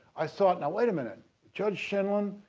i thought now wait a minute judge sheindlin,